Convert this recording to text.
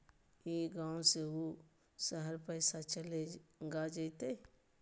ई गांव से ऊ शहर पैसा चलेगा जयते?